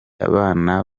abana